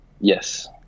Yes